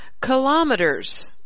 kilometers